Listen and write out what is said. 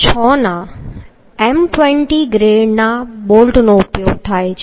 6 ના M20 ગ્રેડના બોલ્ટનો ઉપયોગ થાય છે